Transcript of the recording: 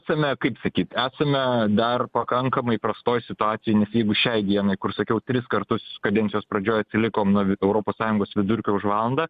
esame kaip sakyt esame dar pakankamai prastoj situacijoj nes jeigu šiai dienai kur sakiau tris kartus kadencijos pradžioj atsilikom nuo europos sąjungos vidurkio už valandą